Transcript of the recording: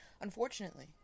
Unfortunately